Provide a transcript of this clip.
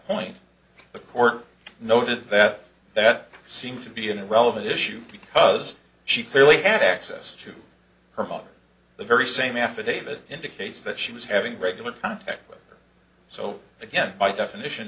point the court noted that that seems to be an irrelevant issue because she clearly had access to her mother the very same affidavit indicates that she was having regular contact with her so again by definition